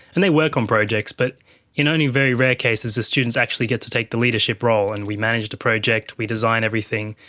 and they work on projects. but in only very rare cases do students actually get to take the leadership role, and we managed a project, we design everything,